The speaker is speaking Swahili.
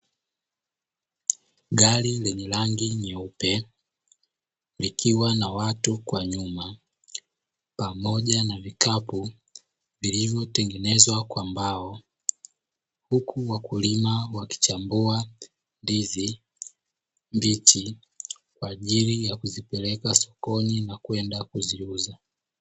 Gari lenye rangi nyeupe likiwa na watu kwa nyuma pamoja na vikapu vilivyotengenezwa kwa mbao, huku wakulima wakichambua ndizi mbichi kwa ajili ya kuzipeleka sokoni na kwenda kuziuza.